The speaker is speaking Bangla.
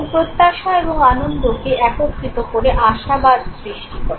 এবং প্রত্যাশা এবং আনন্দকে একত্রিত করে আশাবাদ সৃষ্টি করে